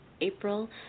April